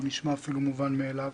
נשמע אפילו מובן מאליו,